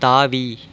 தாவி